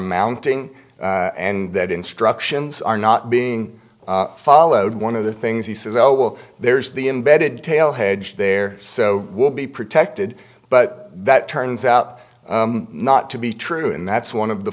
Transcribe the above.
mounting and that instructions are not being followed one of the things he says oh well there's the embedded tale hedge there so will be protected but that turns out not to be true and that's one of the